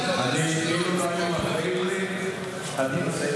אילו לא היו מפריעים לי, הייתי מסיים בזמן.